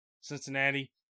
Cincinnati